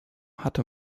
hatte